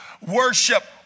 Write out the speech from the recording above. worship